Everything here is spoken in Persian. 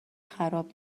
خراب